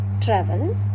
travel